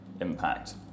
impact